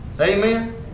Amen